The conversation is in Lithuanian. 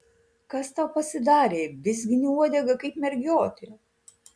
kas tau pasidarė vizgini uodegą kaip mergiotė